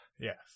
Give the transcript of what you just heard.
Yes